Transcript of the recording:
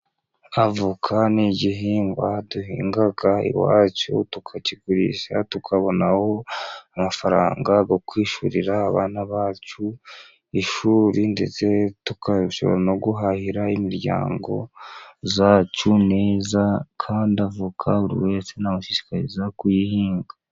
Avoka ni igihingwa duhinga iwacu tukakigurisha, tukabonamo amafaranga yo kwishyurira abana bacu ishuri ndetse tukarushaho no guhahira imiryango yacuneza, kandi avoka buri wese namushishikariza kuyihinga.